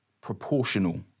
proportional